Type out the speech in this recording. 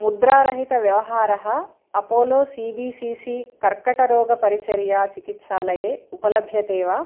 मुद्रारहितव्यवहारः Apollo C B C C कर्कटरोगपरिचर्याचिकित्सालये उपलभ्यते वा